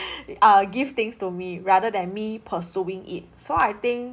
uh give things to me rather than me pursuing it so I think